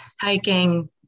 Hiking